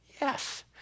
Yes